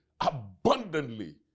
abundantly